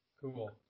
Cool